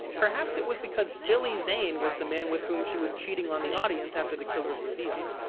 perhaps it was because billy zane was the man with whom she was cheating on the audience after the killer's reveal.